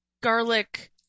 garlic